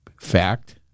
fact